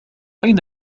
أين